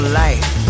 life